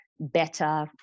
better